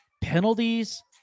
Penalties